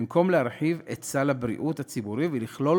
במקום להרחיב את סל הבריאות הציבורי ולכלול